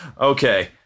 Okay